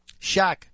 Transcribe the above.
Shaq